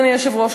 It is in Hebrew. אדוני היושב-ראש,